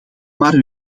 maar